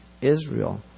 Israel